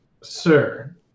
sir